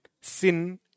sin